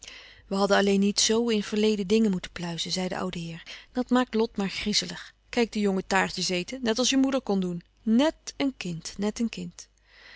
we hadden alleen niet zoo in verleden dingen moeten pluizen zei de oude heer dat maakt lot maar griezelig kijk den jongen taartjes eten net als je moeder kon doen net een kind net een kind